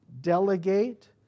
delegate